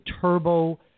turbo